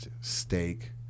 steak